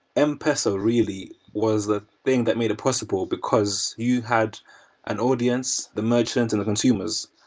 m-pesa really was the thing that made it possible, because you had an audience the merchants and the consumers,